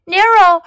Nero